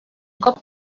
cop